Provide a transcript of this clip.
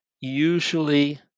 Usually